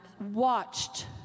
watched